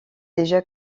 déjà